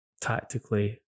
tactically